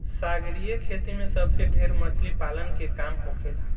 सागरीय खेती में सबसे ढेर मछली पालन के काम होखेला